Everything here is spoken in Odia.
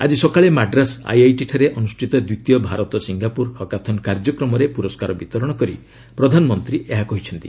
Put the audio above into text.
ଆଜି ସକାଳେ ମାଡ୍ରାସ୍ ଆଇଆଇଟିଠାରେ ଅନୁଷ୍ଠିତ ଦ୍ୱିତୀୟ ଭାରତ ସିଙ୍ଗାପ୍ରର ହାକାଥନ୍ କାର୍ଯ୍ୟକ୍ରମରେ ପ୍ରରସ୍କାର ବିତରଣ କରି ପ୍ରଧାନମନ୍ତ୍ରୀ ଏହା କହିଛନ୍ତି